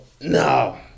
No